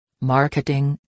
marketing